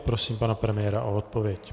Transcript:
Prosím pana premiéra o odpověď.